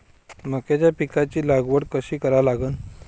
मक्याच्या पिकाची लागवड कशी करा लागन?